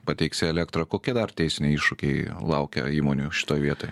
pateiksi elektrą kokie dar teisiniai iššūkiai laukia įmonių šitoj vietoj